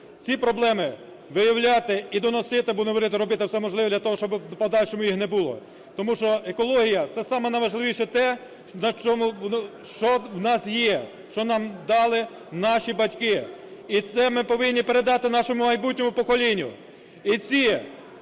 ці проблеми виявляти і доносити, аби уряду робити, все можливе для того, щоби в подальшому їх не було. Тому що екологія - це саме найважливіше те, що в нас є, що нам дали наші батьки. І це ми повинні передати нашому майбутньому поколінню.